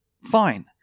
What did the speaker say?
Fine